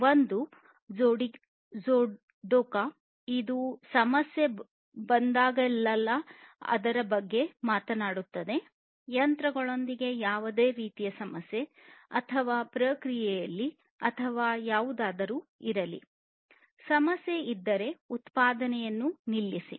ಒಂದು ಜಿಡೋಕಾ ಇದು ಸಮಸ್ಯೆ ಬಂದಾಗಲೆಲ್ಲಾ ಯಂತ್ರಗಳೊಂದಿಗೆ ಯಾವುದೇ ರೀತಿಯ ಸಮಸ್ಯೆ ಅಥವಾ ಪ್ರಕ್ರಿಯೆಯಲ್ಲಿ ಸಮಸ್ಯೆ ಇದ್ದರೆ ಉತ್ಪಾದನೆಯನ್ನು ನಿಲ್ಲಿಸುವುದು